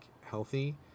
healthy